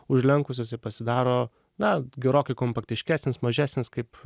užlenkus jisai pasidaro na gerokai kompaktiškesnis mažesnis kaip